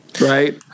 Right